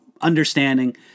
understanding